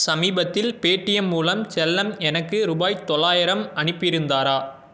சமீபத்தில் பேடிஎம் மூலம் செல்லம் எனக்கு ரூபாய் தொள்ளாயிரம் அனுப்பியிருந்தாரா